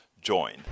join